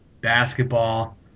basketball